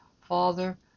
father